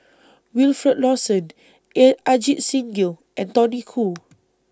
Wilfed Lawson Ajit Singh Gill and Tony Khoo